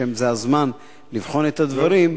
שזה הזמן לבחון את הדברים,